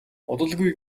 удалгүй